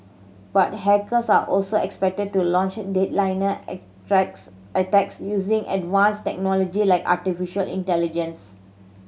but hackers are also expected to launch dead liner attacks using advanced technology like artificial intelligence